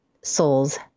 souls